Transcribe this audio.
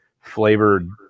flavored